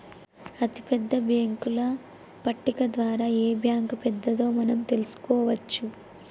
అతిపెద్ద బ్యేంకుల పట్టిక ద్వారా ఏ బ్యాంక్ పెద్దదో మనం తెలుసుకోవచ్చు